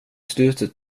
slutet